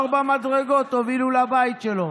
ארבע מדרגות הובילו לבית שלו,